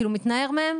הוא מתנער מהם